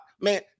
man